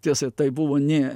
tiesa tai buvo ne